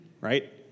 right